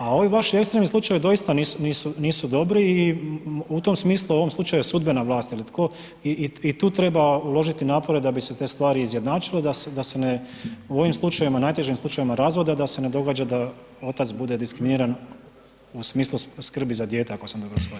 A ovi vaši ekstremni slučajevi doista nisu dobri i u tom smislu u ovom slučaju sudbena vlast ili tko i tu treba uložiti napore da bi se te stvari izjednačile da se ne u ovim najtežim slučajevima razvode, a da se ne događa da otac bude diskriminiran u smislu skrbi za dijete ako sam dobro shvatio.